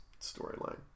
storyline